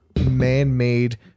man-made